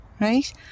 right